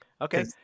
okay